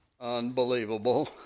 Unbelievable